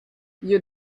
you